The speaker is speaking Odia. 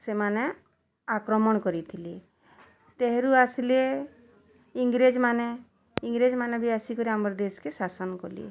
ସେମାନେ ଆକ୍ରମଣ୍ କରିଥିଲେ ତେହେରୁ ଆସିଲେ ଇଂରେଜମାନେ ଇଂରେଜମାନେ ବି ଆସିକରି ଆମର୍ ଦେଶ୍ କେ ଶାସନ୍ କଲେ